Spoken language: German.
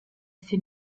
sie